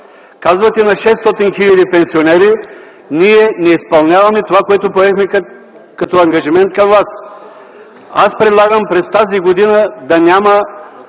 Казвате на 600 хиляди пенсионери: ние не изпълняваме това, което поехме като ангажимент към вас. Аз предлагам през тази година да няма